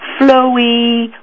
flowy